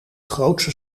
grootste